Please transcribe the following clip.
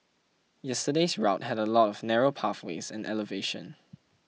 yesterday's route had a lot of narrow pathways and elevation